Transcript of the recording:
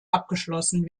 abgeschlossen